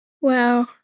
wow